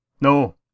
No